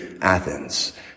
Athens